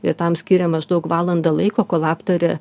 ir tam skiria maždaug valandą laiko kol aptaria